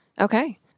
Okay